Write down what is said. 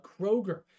Kroger